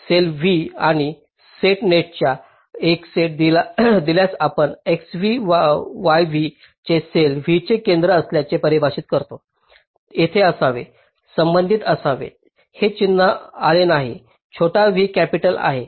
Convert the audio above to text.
sale V आणि set नेटचा एक सेट दिल्यास आपण xv yv चे सेल v चे केंद्र असल्याचे परिभाषित करतो तेथे असावे संबंधित असावे हे चिन्ह आले नाही छोटा v कॅपिटलचा आहे